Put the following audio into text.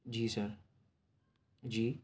جی sir جی